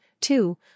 two